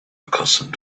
accustomed